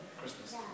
Christmas